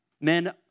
Men